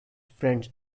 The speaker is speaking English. friends